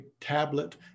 tablet